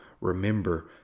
remember